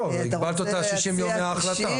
הגבלת אותה ל-60 יום מההחלטה.